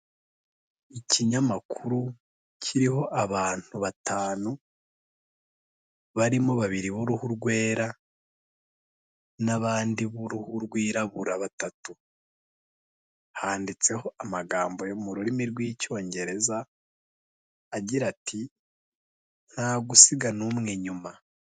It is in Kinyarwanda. Ikinyamakuru kiriho abantu batanu barimo babiri b'uruhu rwera n'abandi b'uruhu rwirabura batatu, handitseho amagambo yo mu rurimi rw'Icyongereza, agira ati nta gusiga n'umwe inyuma.